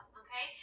okay